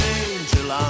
angel